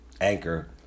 anchor